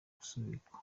gusubikwa